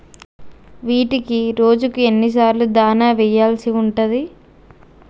వీటికి రోజుకు ఎన్ని సార్లు దాణా వెయ్యాల్సి ఉంటది?